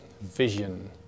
vision